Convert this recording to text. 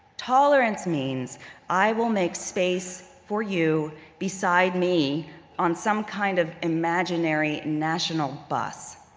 tolerance means i will make space for you beside me on some kind of imaginary national bus.